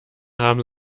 haben